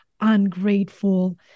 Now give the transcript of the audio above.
ungrateful